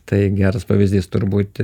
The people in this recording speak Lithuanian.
tai geras pavyzdys turbūt